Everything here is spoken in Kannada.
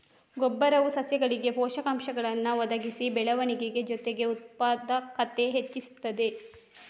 ಗೊಬ್ಬರವು ಸಸ್ಯಗಳಿಗೆ ಪೋಷಕಾಂಶಗಳನ್ನ ಒದಗಿಸಿ ಬೆಳವಣಿಗೆ ಜೊತೆಗೆ ಉತ್ಪಾದಕತೆ ಹೆಚ್ಚಿಸ್ತದೆ